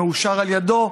שמאושר על ידו,